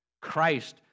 Christ